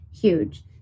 huge